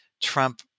Trump